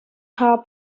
car